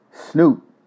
Snoop